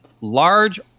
large